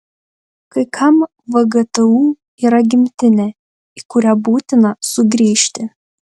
kai kam vgtu yra gimtinė į kurią būtina sugrįžti